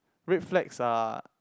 red flags are